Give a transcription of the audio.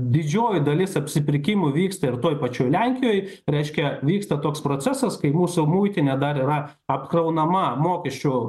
didžioji dalis apsipirkimų vyksta ir toj pačioj lenkijoj reiškia vyksta toks procesas kai mūsų muitinė dar yra apkraunama mokesčių